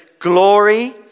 Glory